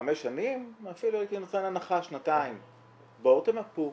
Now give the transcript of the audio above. בואו תנפו,